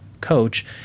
coach